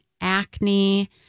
acne